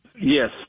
Yes